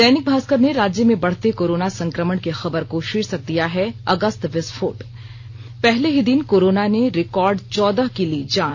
दैनिक भास्कर ने राज्य में बढ़ते कोरोना संकमण की खबर को शीर्षक दिया हैं अगस्त विस्फोट पहले ही दिन कोरोना ने रिकार्ड चौदह की ली जान